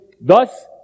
thus